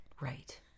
Right